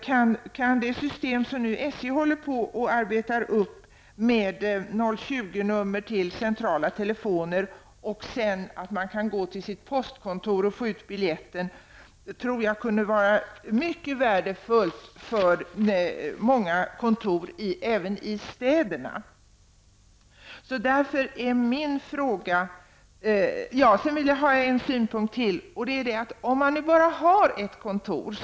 Jag tror att det system SJ håller på att utarbeta med 020-telefonnummer till centrala telefoner och detta att kunden sedan kan gå till sitt postkontor och hämta biljetten är mycket värdefullt för många kontor även i städerna. Många kommuner i det här landet har bara ett postkontor.